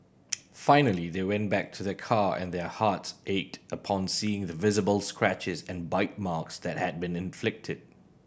finally they went back to the car and their hearts ached upon seeing the visible scratches and bite marks that had been inflicted